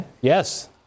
Yes